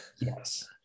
yes